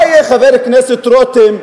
מה יהיה, חבר הכנסת רותם,